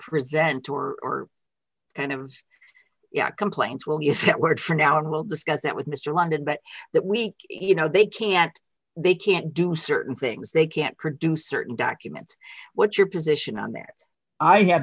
present or animals complaints will use that word for now and will discuss that with mr longdon but that week you know they can't they can't do certain things they can't produce certain documents what's your position on that i have